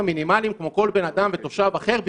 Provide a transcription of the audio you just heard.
המינימליים כמו כל בן אדם ותושב אחר,